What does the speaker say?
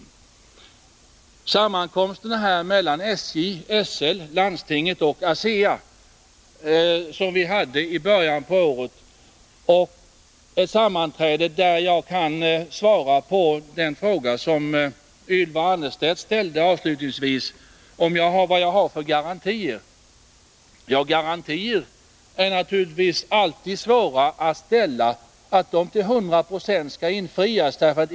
Vi hade sammankomster med SJ, SL, landstinget och ASEA i början av året, och då fick jag ett besked som jag kan lämna som svar på den fråga Ylva Annerstedt ställde avslutningsvis, nämligen vad jag har för garantier. Det är naturligtvis alltid svårt att ställa garantier och säga att de till 100 96 skall infrias.